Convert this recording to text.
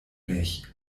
mich